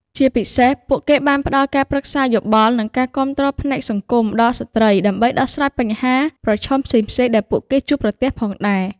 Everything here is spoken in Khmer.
ជាពិសេស ពួកគេបានផ្តល់ការប្រឹក្សាយោបល់ និងការគាំទ្រផ្នែកសង្គមដល់ស្ត្រី ដើម្បីដោះស្រាយបញ្ហាប្រឈមផ្សេងៗដែលពួកគេជួបប្រទះផងដែរ។